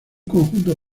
conjunto